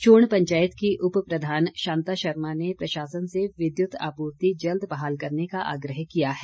शूण पंचायत की उपप्रधान शांता शर्मा ने प्रशासन से विद्युत आपूर्ति जल्द बहाल करने का आग्रह किया है